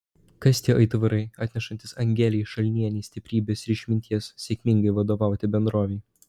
kas tie aitvarai atnešantys angelei šalnienei stiprybės ir išminties sėkmingai vadovauti bendrovei